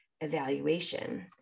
evaluation